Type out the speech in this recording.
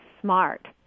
smart